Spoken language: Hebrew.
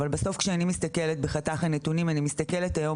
אבל בסוף כשאני מסתכלת בחתך הנתונים אני מסתכלת היום